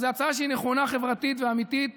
אז זו הצעה שהיא נכונה חברתית ואמיתית,